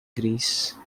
greece